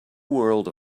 world